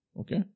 Okay